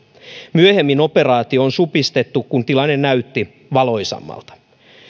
myöhemmin operaatio on supistettu kun tilanne näytti valoisammalta